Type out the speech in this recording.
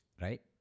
Right